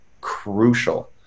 crucial